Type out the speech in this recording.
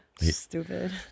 stupid